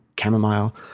chamomile